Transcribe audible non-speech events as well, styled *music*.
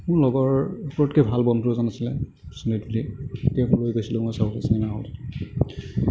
মোৰ লগৰ চবতকৈ ভাল বন্ধু এজন আছিলে *unintelligible* বুলি তেওঁক লৈ গৈছিলোঁ মই চাবলৈ চিনেমাখন